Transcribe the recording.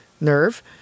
nerve